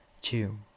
Two